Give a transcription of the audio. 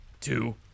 two